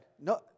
No